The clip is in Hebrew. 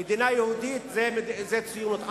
מדינה יהודית זה ציונות.